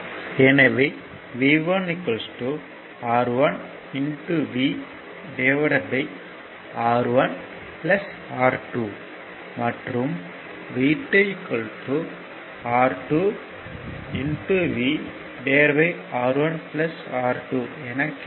எனவே V1 R1 V R1 R2 மற்றும் V2 R2 VR1 R2 என கிடைக்கும்